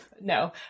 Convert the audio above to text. no